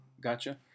gotcha